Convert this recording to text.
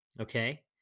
okay